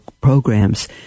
programs